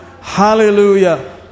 hallelujah